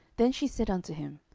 then she said unto him,